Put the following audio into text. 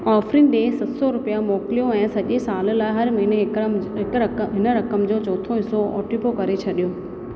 आफ़रीन ॾे सत सौ रुपिया मोकिलियो ऐं सॼे साल लाइ हर महिने हिकिड़ा मुंहिंजे हिकु रक हिन रक़म जो चौथों हिसो ऑटोपे करे छॾियो